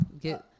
Get